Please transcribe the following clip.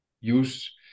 use